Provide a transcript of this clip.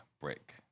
break